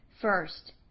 First